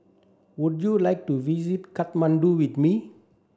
would you like to visit Kathmandu with me